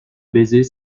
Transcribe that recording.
baiser